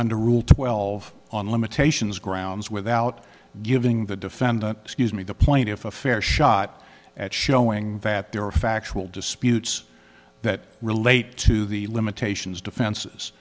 under rule twelve on limitations grounds without giving the defendant excuse me the plaintiff a fair shot at showing that there are factual disputes that relate to the limitations defenses